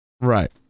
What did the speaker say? Right